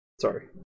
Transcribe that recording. Sorry